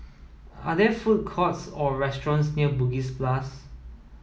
are there food courts or restaurants near Bugis plus